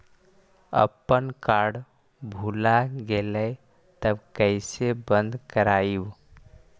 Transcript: अपन कार्ड भुला गेलय तब कैसे बन्द कराइब?